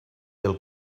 del